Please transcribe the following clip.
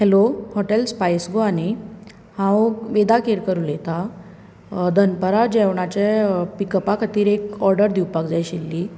hello hotel spice Goa न्ही हांव वेदा केरकर उलयतां दनपरां जेवणाचे पिकअपा खातीर एक ऑर्डर दिवपाची आशिल्ली